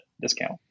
discount